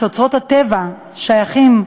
כשאוצרות הטבע שייכים,